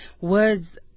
words